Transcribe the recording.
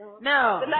no